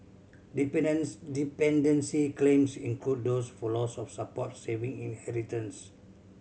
dependence dependency claims include those for loss of support saving and inheritance